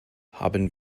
haben